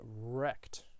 wrecked